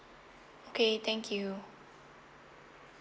okay thank you